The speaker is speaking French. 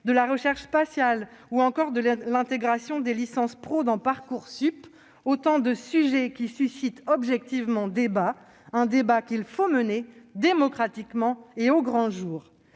de la recherche spatiale ou encore de l'intégration des licences professionnelles dans Parcoursup, autant de sujets qui suscitent objectivement le débat. Un débat qu'il faut mener démocratiquement et au grand jour.